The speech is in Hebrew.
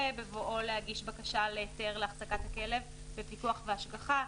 בבואו להגיש בקשה להיתר להחזקת הכלב בפיקוח והשגחה.